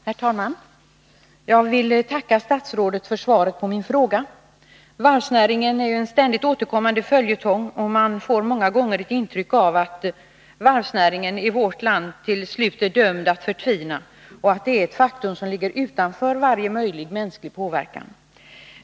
Herr talman! Jag vill tacka statsrådet för svaret på min fråga. Frågan om varvsnäringen är ju en ständigt återkommande följetong. Man får många gånger ett intryck av att varvsnäringen i vårt land till slut ändå är dömd att förtvina och att det är ett faktum att den utvecklingen ligger utanför varje möjlighet till mänsklig påverkan.